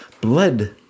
blood